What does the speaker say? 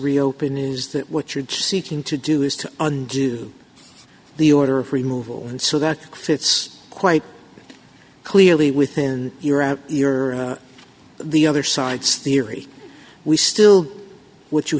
reopen is that what you're seeking to do is to undo the order removal and so that it's quite clearly within your out your the other side's theory we still which you